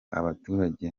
abaturage